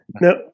No